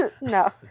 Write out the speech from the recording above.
No